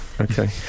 Okay